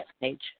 page